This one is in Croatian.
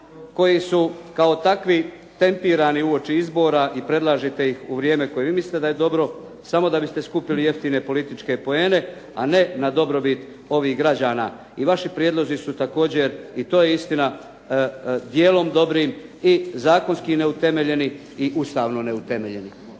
koji su kao takvi tempirani uoči izbora i predlažete ih u vrijeme koje vi mislite da je dobro, samo da biste skupili jeftine političke poene, a ne na dobrobit ovih građana. I vaši prijedlozi su također i to je istina, dijelom dobrim i zakonski neutemeljeni i ustavno neutemeljeni.